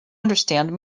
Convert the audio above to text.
understand